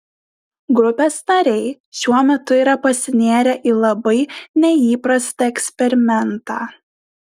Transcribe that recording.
grupės nariai šiuo metu yra pasinėrę į labai neįprastą eksperimentą